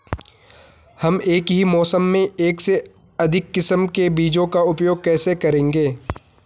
हम एक ही मौसम में एक से अधिक किस्म के बीजों का उपयोग कैसे करेंगे?